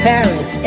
Paris